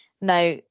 Now